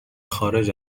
خارج